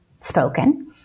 spoken